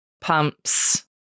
pumps